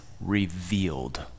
revealed